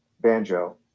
banjo